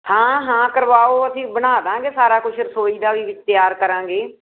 ਹਾਂ ਹਾਂ ਕਰਵਾਓ ਅਸੀਂ ਬਣਾ ਦੇਵਾਂਗੇ ਸਾਰਾ ਕੁਛ ਰਸੋਈ ਦਾ ਵੀ ਵਿੱਚ ਤਿਆਰ ਕਰਾਂਗੇ